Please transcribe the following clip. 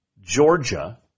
Georgia